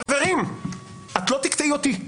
חברים, את לא תקטעי אותי,